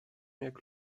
jak